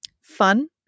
fun